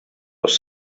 was